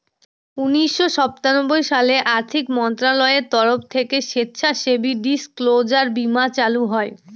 উনিশশো সাতানব্বই সালে আর্থিক মন্ত্রণালয়ের তরফ থেকে স্বেচ্ছাসেবী ডিসক্লোজার বীমা চালু হয়